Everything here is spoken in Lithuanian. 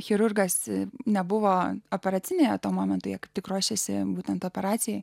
chirurgas nebuvo operacinėje tuo momentu jog tik ruošėsi būtent operacijai